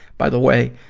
by the way,